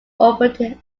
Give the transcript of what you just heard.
operated